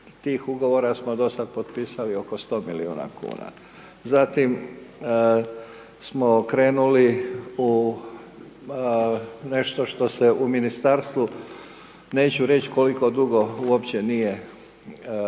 tih ugovora smo do sada potpisali oko 100 milijuna kn. Zatim smo krenuli u nešto što se u ministarstvu, neću reći koliko dugo uopće nije